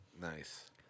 Nice